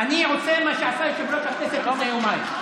אני עושה מה שעשה יושב-ראש הכנסת לפני יומיים.